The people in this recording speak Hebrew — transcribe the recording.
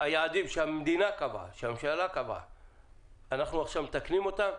היעדים שהמדינה קבעה אנחנו עכשיו מתקנים אותם.